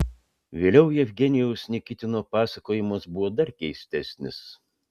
vėliau jevgenijaus nikitino pasakojimas buvo dar keistesnis